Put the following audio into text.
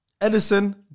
Edison